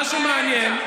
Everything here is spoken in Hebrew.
מה שמעניין,